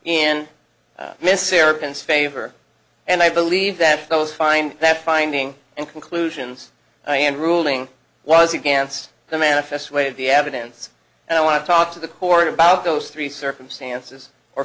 organs favor and i believe that those find that finding and conclusions and ruling was against the manifest way of the evidence and i want to talk to the court about those three circumstances or